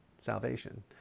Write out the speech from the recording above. salvation